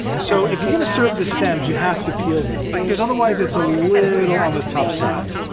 so if you're gonna serve the stems, you have to peel them. cause otherwise it's a little on the tough side.